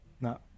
No